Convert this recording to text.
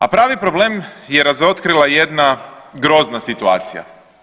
A pravi problem je razotkrila jedna grozna situacija.